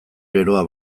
geroa